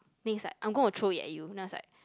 next like I'm going to throw it at you then I was like